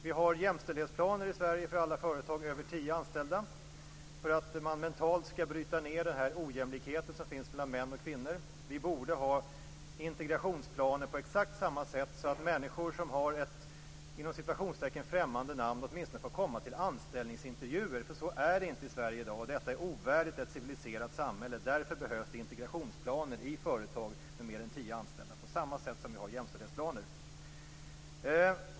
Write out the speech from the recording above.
Vi har jämställdhetsplaner i Sverige för alla företag med över tio anställda för att man mentalt skall bryta ned den ojämlikhet som finns bland män och kvinnor. Vi borde ha integrationsplaner på exakt samma sätt, så att människor som har ett "främmande" namn åtminstone får komma till anställningsintervjuer. Så är det inte i Sverige i dag. Det är ovärdigt ett civiliserat samhälle. Därför behövs det integrationsplaner i företag med mer än tio anställda, på samma sätt som vi har jämställdhetsplaner.